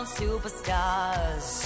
superstars